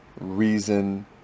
reason